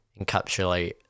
encapsulate